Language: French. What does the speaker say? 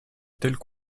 telles